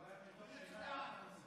מיקרופון.